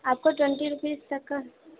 آپ کو twenty rupees تک کا